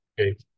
Okay